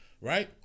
Right